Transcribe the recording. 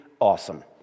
awesome